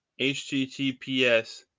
https